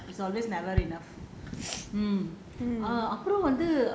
ya it's always there it's always never enough mm